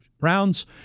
rounds